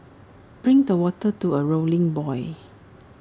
bring the water to A rolling boil